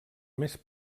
més